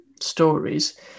Stories